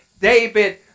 David